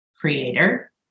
Creator